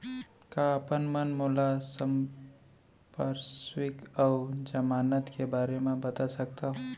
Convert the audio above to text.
का आप मन मोला संपार्श्र्विक अऊ जमानत के बारे म बता सकथव?